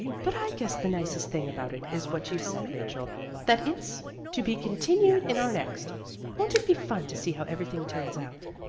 but i guess the nicest thing about it is what you said, rachel that it's to be continued in our next won't it be fun to see how everything turns out?